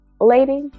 Lady